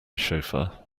chauffeur